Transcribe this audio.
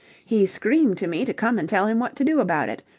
he screamed to me to come and tell him what to do about it.